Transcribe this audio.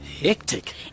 Hectic